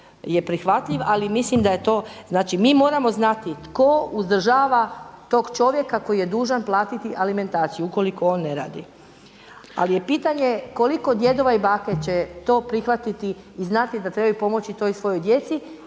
je prihvatljiv ali mislim da je to, znači mi moramo znati tko uzdržava tog čovjeka koji je dužan platiti alimentaciju ukoliko on ne radi? Ali je pitanje koliko djedova i baka će to prihvatiti i znati da trebaju pomoći toj svojoj djeci